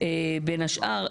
בין השאר,